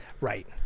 Right